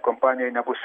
kompanijai nebus